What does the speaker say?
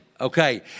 Okay